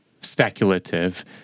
speculative